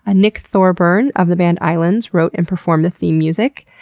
ah nick thorburn of the band islands wrote and performed the theme music.